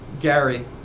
Gary